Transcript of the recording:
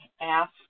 ask